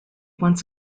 once